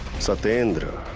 satyendra.